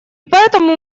поэтому